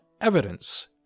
evidence